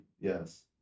yes